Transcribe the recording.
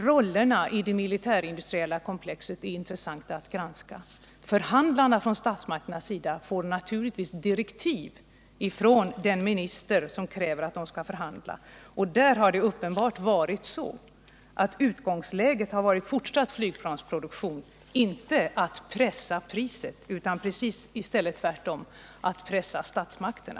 Rollerna i det militärindustriella komplexet är intressanta att granska. Statsmakternas förhandlare får naturligtvis direktiv från den ansvarige ministern när de skall förhandla. Där har det uppenbarligen varit så att utgångsläget varit en fortsatt flygplansproduktion. Det har då inte varit fråga om att pressa priset, utan i stället precis tvärtom: att pressa statsmakterna.